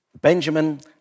Benjamin